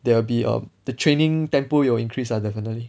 there will be um the training tempo will increase lah definitely